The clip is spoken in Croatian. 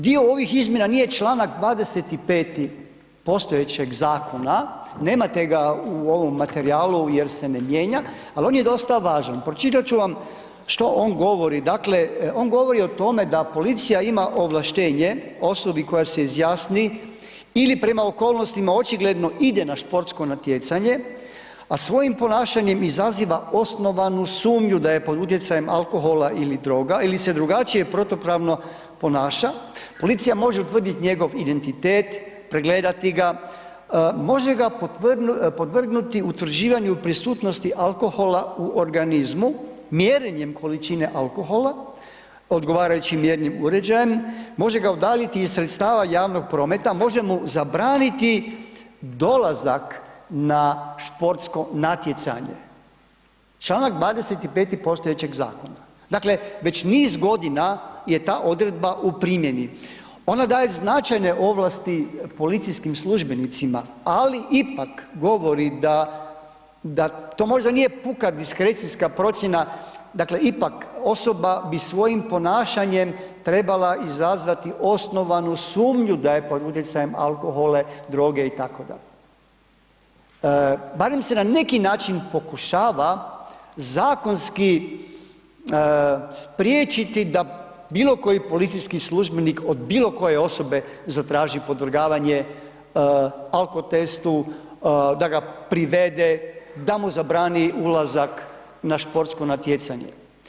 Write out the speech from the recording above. Dio ovih izmjena nije čl. 25. postojećeg zakona, nemate ga u ovom materijalu jer se ne mijenja, al on je dosta važan, pročitat ću vam što on govori, dakle on govori o tome da policija ima ovlaštenje osobi koja se izjasni ili prema okolnostima očigledno ide na športsko natjecanje, a svojim ponašanjem izaziva osnovanu sumnju da je pod utjecajem alkohola ili druga ili se drugačije protupravno ponaša, policija može utvrdit njegov identitet, pregledati ga, može ga podvrgnuti utvrđivanju prisutnosti alkohola u organizmu mjerenjem količine alkohola odgovarajućim mjernim uređajem, može ga udaljiti iz sredstava javnog prometa, može mu zabraniti dolazak na športsko natjecanje, čl. 25. postojećeg zakona, dakle već niz godina je ta odredba u primjeni, ona daje značajne ovlasti policijskim službenicima, ali ipak govori da, da to možda nije puka diskrecijska procjena, dakle ipak osoba bi svojim ponašanjem trebala izazvati osnovanu sumnju da je pod utjecajem alkohola, droge itd., barem se na neki način pokušava zakonski spriječiti da bilo koji policijski službenik od bilo koje osobe zatraži podvrgavanje alkotestu, da ga privede, da mu zabrani ulazak na športsko natjecanje.